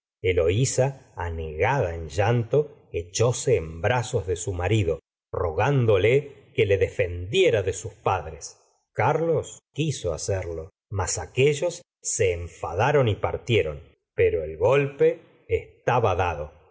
eloisa anegada en llanto echóse ea brazos de su marido rogándole que le defendiera de sus padres carlos la seróra de bovary gustavo flaubert quiso hacerlo mas aquellos se enfadaron y partieron pero el golpe estaba dado